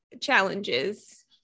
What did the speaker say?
challenges